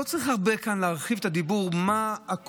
לא צריך הרבה להרחיב כאן את הדיבור על הקושי